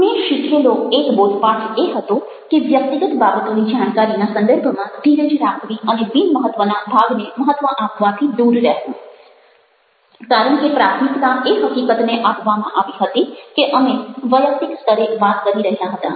મેં શીખેલો એક બોધપાઠ એ હતો કે વ્યક્તિગત બાબતોની જાણકારીના સંદર્ભમાં ધીરજ રાખવી અને બિન મહત્ત્વના ભાગને મહત્ત્વ આપવાથી દૂર રહેવું કારણ કે પ્રાથમિકતા એ હકીકતને આપવામાં આવી હતી કે અમે વૈયક્તિક સ્તરે વાત કરી રહ્યા હતા